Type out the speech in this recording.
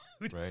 Right